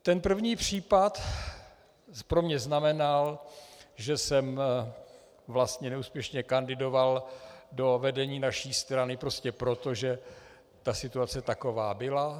Ten první případ pro mě znamenal, že jsem vlastně neúspěšně kandidoval do vedení naší strany prostě proto, že ta situace taková byla.